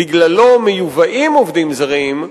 שבגללו מיובאים עובדים זרים,